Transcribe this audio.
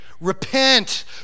Repent